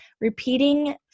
Repeating